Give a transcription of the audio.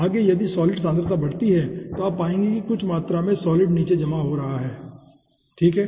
आगे यदि सॉलिड सांद्रता बढ़ती है तो आप पाएंगे कि कुछ मात्रा में सॉलिड निचे जम रहा है ठीक है